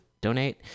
donate